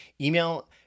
email